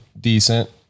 decent